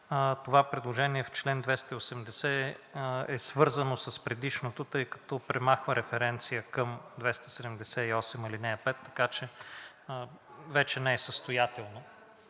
това предложение в чл. 280 е свързано с предишното, тъй като то премахва референция към чл. 278, ал. 5. Така че вече не е състоятелно